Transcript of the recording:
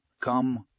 Come